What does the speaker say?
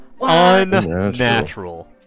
unnatural